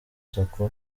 sacco